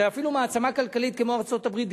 ואפילו מעצמה כלכלית כמו ארצות-הברית,